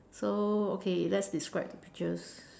so okay let's describe the pictures